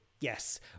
Yes